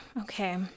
okay